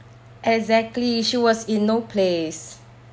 exactly she was in no place